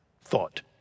thought